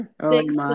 six